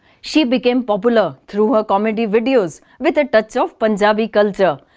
she became popular through her comedy videos with a touch of punjabi culture,